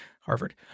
Harvard